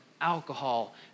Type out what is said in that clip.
alcohol